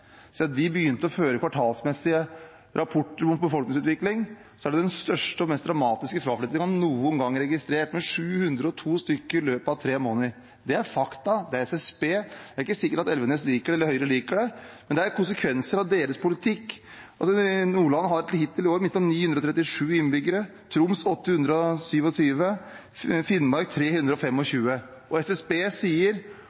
Siden vi begynte å føre kvartalsmessige rapporter om befolkningsutvikling, er dette den største og mest dramatiske fraflyttingen som noen gang er registrert, med 702 stykker i løpet av tre måneder. Det er fakta, det er tall fra SSB. Det er ikke sikkert at Elvenes eller Høyre liker det, men det er konsekvenser av deres politikk. Nordland har hittil i år mistet 937 innbyggere, Troms 827 og Finnmark